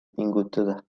pingutada